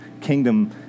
kingdom